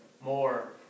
more